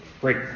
Great